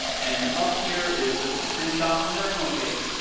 and up here is just a screenshot from their home page.